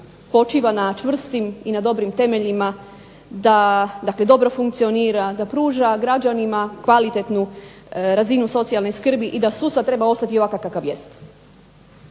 počiva na čvrstim i na dobrim temeljima, da dobro funkcionira, da pruža građanima kvalitetnu razinu socijalne skrbi i da sustav treba ostati ovakav kakav jest.